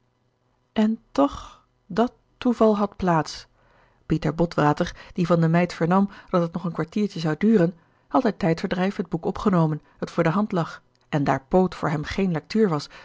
en toch dat toeval had plaats pieter botwater die van de meid vernam dat het nog een kwartiertje zou duren had uit tijdverdrijf het boek opgenomen dat voor de hand lag en daar poot voor hem geene lectuur was